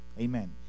Amen